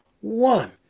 one